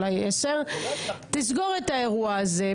אולי 22:00. תסגור את האירוע הזה,